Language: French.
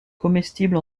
comestible